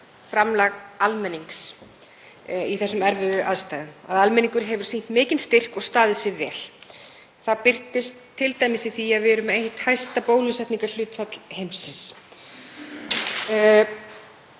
framlag almennings í þessum erfiðu aðstæðum, að almenningur hefur sýnt mikinn styrk og staðið sig vel. Það birtist t.d. í því að við erum með eitt hæsta bólusetningarhlutfall heims.